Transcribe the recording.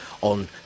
on